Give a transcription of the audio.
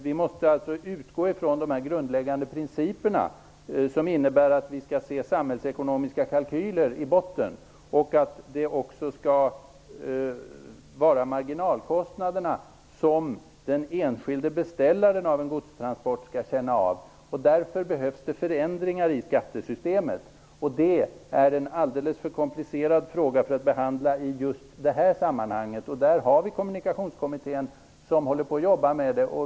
Vi måste utgå från de grundläggande principerna som innebär att vi skall se samhällsekonomiska kalkyler i botten och att det också skall vara marginalkostnaderna som den enskilde beställaren av en godstransport skall känna av. Därför behövs det förändringar i skattesystemet. Frågan är alldeles för komplicerad för att behandlas i just det här sammanhanget. I stället har vi en kommunikationskommitté som jobbar med det.